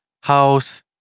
house